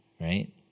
right